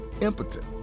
impotent